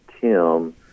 Tim